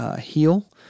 Heal